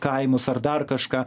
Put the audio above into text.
kaimus ar dar kažką